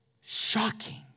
Shocking